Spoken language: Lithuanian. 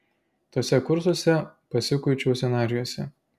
tuose kursuose pasikuičiau scenarijuose